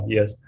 Yes